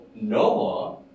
Noah